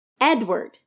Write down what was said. Edward